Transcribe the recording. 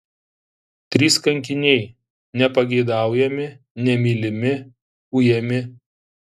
trys kankiniai nepageidaujami nemylimi ujami